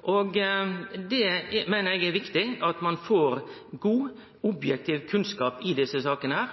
spørsmåla. Eg meiner det er viktig at ein får god, objektiv kunnskap i desse sakene.